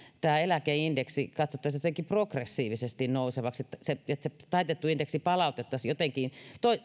tämä eläkeindeksi katsottaisiin jotenkin progressiivisesti nousevaksi että se taitettu indeksi palautettaisiin jotenkin